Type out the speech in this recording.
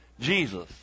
Jesus